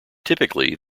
typically